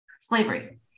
Slavery